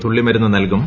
തുള്ളിമരുന്ന് നൽകും